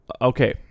okay